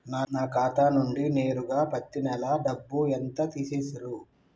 నా ఖాతా నుండి నేరుగా పత్తి నెల డబ్బు ఎంత తీసేశిర్రు?